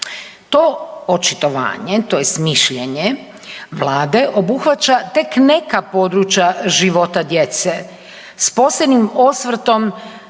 To očitovanje, tj. mišljenje Vlade obuhvaća tek neka područja života djece, s posebnim osvrtom